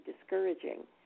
discouraging